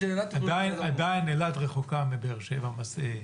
עדיין אילת רחוקה מבאר שבע.